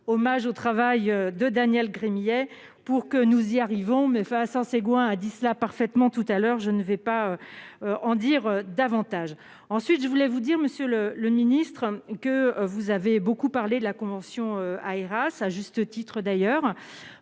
hommage au travail de Daniel Gremillet, pour que nous y arrivons, mais face à Seguin a dit cela parfaitement tout à l'heure, je ne vais pas en dire davantage, ensuite je voulais vous dire monsieur le ministre, que vous avez beaucoup parlé de la convention à grâce à juste titre d'ailleurs,